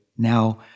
now